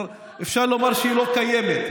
כבר אפשר לומר שהיא לא קיימת.